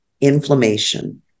inflammation